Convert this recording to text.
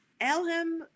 Elham